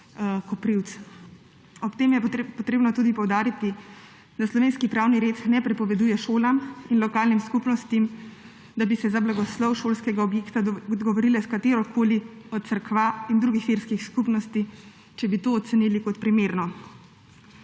Ob tem je potrebno tudi poudariti, da slovenski pravni red ne prepoveduje šolam in lokalnim skupnostim, da bi se za blagoslov šolskega objekta dogovorile s katerokoli od cerkva in drugih verskih skupnosti, če bi to ocenili kot primerno.